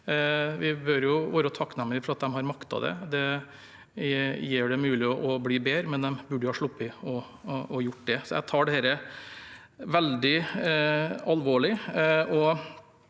Vi bør være takknemlige for at de har maktet det, det gjør det mulig å bli bedre, men de burde ha sluppet å gjøre det. Jeg tar dette veldig alvorlig.